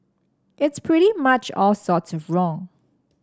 it's pretty much all sorts of wrong